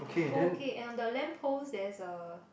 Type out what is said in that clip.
oh okay and on the lamppost there's a